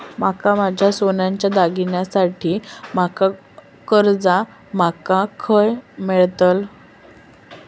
माका माझ्या सोन्याच्या दागिन्यांसाठी माका कर्जा माका खय मेळतल?